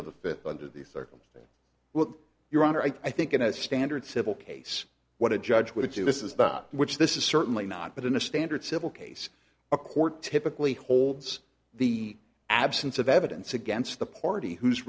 of the fit under the circumstance with your honor i think in a standard civil case what a judge would do this is not which this is certainly not but in a standard civil case a court typically holds the absence of evidence against the party who's